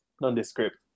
nondescript